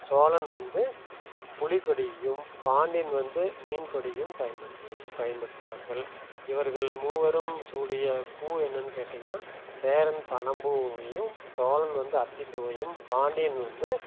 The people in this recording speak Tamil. சோழன் வந்து புலி கொடியையும் பாண்டியன் வந்து மீன் கொடியும் பயன்படுத்தி பயன்படுத்தினார்கள் இவர்கள் மூவரும் சூடிய பூ என்னனு கேட்டீங்கனா சேரன் பனம்பூவையும் சோழன் வந்து அத்திப்பூவையும் பாண்டியன் வந்து